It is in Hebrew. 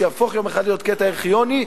מה שיהפוך יום אחד לקטע ארכיוני,